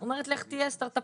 היא אומרת לך תהיה סטארט-אפיסט.